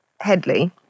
Headley